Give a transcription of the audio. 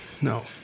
No